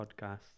podcast